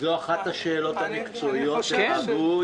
זו אחת השאלות המקצועיות שלנו.